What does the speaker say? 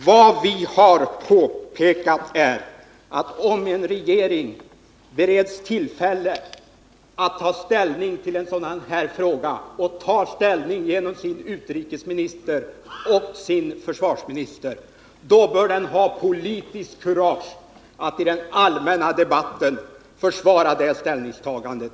Vad vi har påpekat är att om en regering bereds tillfälle att ta ställning till en sådan här fråga och tar ställning genom sin utrikesminister och sin försvarsminister bör den ha politiskt kurage att i den allmänna debatten försvara det ställningstagandet.